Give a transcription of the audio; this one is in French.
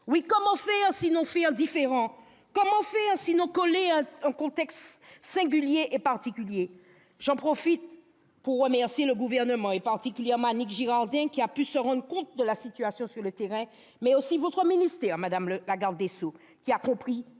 Oui, comment faire, sinon faire différent ? Comment faire, sinon coller à un contexte singulier et particulier ? J'en profite pour remercier le Gouvernement, et particulièrement Annick Girardin, qui a pu se rendre compte de la situation sur le terrain, mais aussi votre ministère, madame la garde des sceaux, qui a compris